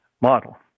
model